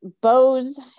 Bose